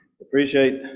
appreciate